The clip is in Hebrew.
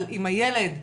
גם באימא.